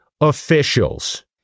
officials